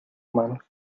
manos